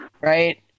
right